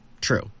True